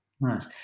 Nice